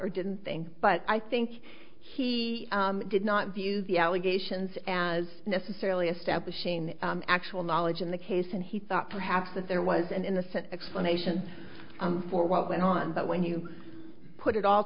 or didn't think but i think he did not view the allegations as necessarily establishing actual knowledge in the case and he thought perhaps that there was an innocent explanation for what went on but when you put it all